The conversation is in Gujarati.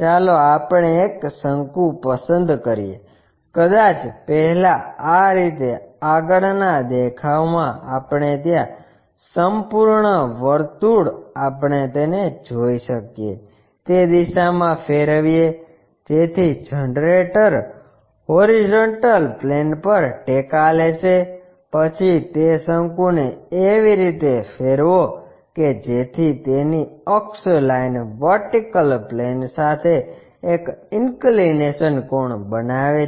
ચાલો આપણે ઍક શંકુ પસંદ કરીએ કદાચ પહેલા આ રીતે આગળના દેખાવમાં આપણે ત્યાં સંપૂર્ણ વર્તુળ આપણે તેને જોઈ શકીએ તે દિશામાં ફેરવીએ જેથી જનરેટર હોરીઝોન્ટલ પ્લેન પર ટેકો લેશે પછી તે શંકુને એવી રીતે ફેરવો કે જેથી તેની અક્ષ લાઇન વર્ટિકલ પ્લેન સાથે એક ઈનકલીનેશન કોણ બનાવે છે